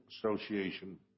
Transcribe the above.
association